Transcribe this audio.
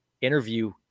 interview